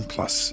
Plus